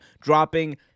dropping